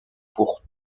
pour